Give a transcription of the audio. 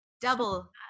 Double